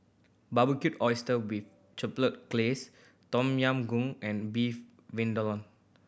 Barbecued Oyster with Chipotle Glaze Tom Yam Goong and Beef Vindaloo